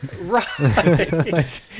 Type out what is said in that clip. Right